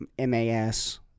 MAS